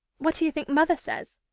what do you think mother says?